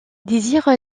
désire